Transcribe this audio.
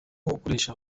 ukoresha